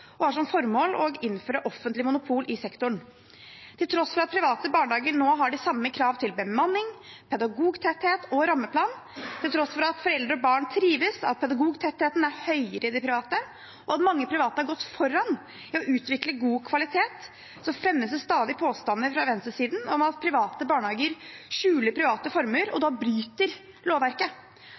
og har som formål å innføre offentlig monopol i sektoren. Til tross for at private barnehager nå har de samme krav til bemanning, pedagogtetthet og rammeplan, til tross for at foreldre og barn trives, at pedagogtettheten er høyere i de private, og at mange private har gått foran i å utvikle god kvalitet, fremmes det stadig påstander fra venstresiden om at private barnehager skjuler private formuer og da bryter lovverket.